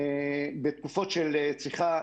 בתקופות של peak,